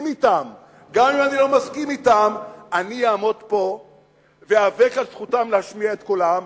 אתם אני אעמוד פה ואיאבק על זכותם להשמיע את קולם,